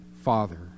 Father